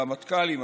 רמטכ"לים,